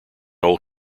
old